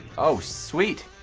oh, sweet!